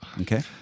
Okay